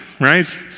right